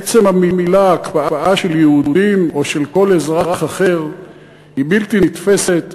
עצם המילה הקפאה של יהודים או של כל אזרח אחר היא בלתי נתפסת,